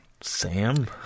Sam